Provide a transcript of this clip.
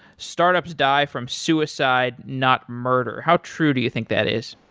startups die from suicide, not murder. how true do you think that is?